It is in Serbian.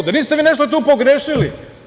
Da niste vi nešto tu pogrešili?